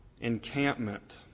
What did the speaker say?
encampment